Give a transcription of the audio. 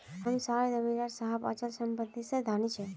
हम सार जमीदार साहब अचल संपत्ति से धनी छे